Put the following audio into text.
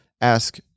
ask